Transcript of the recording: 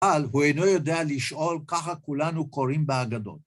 אבל הוא אינו יודע לשאול ככה כולנו קוראים בהגדות.